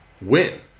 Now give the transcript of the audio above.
win